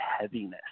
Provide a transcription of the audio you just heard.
heaviness